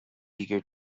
eager